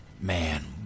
man